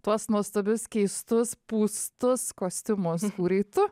tuos nuostabius keistus pūstus kostiumus kūrei tu